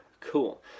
cool